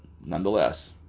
nonetheless